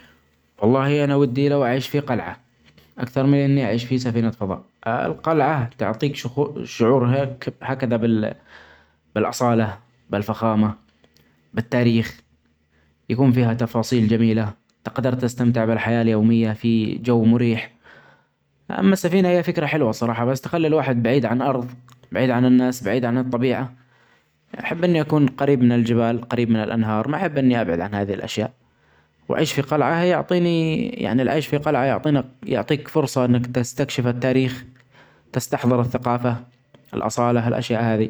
والله أنا ودي لو أعيش في قلعة ، أكثر إني أعيش في سفينة فظاء ، القلعة تعطيك شخ-شعور هيك هكذا بال-بالأصالة ،بالفخامة ،بالتاريخ ،يكون فيها تفاصيل جميلة ، تجدر تستمتع بالحياة اليومية في جو مريح ،أما السفينة هيا فكرة حلوة الصراحة ، بس تخلي الواحد بعيد عن أرف بعيد عن الناس ، بعيد عن الطبيعة ،أحب إني أكون قريب من الجبال قريب من الأنهار ، ما أحب إني أبعد عن هذي الأشياء ، والعيش في قلعة يعطيني يعني العيش في قلعة يعطيني يعطيك فرصة أنك تستكشف التاريخ تستحضر الثقافة ، الأصالة الأشياء هدي.